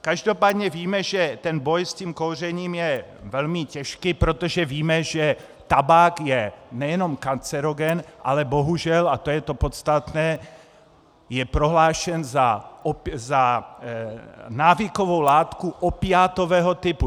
Každopádně víme, že boj s kouřením je velmi těžký, protože víme, že tabák je nejenom kancerogen, ale bohužel, a to je to podstatné, je prohlášen za návykovou látku opiátového typu.